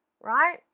right